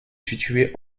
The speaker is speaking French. situé